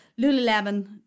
Lululemon